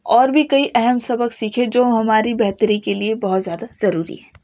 اور بھی کئی اہم سبق سیکھے جو ہماری بہتری کے لیے بہت زیادہ ضروری ہے